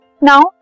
Now